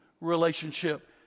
relationship